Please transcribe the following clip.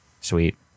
Sweet